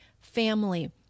family